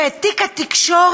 שאת תיק התקשורת